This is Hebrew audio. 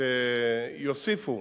יוסיפו,